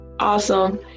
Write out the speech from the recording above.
Awesome